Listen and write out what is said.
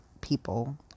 people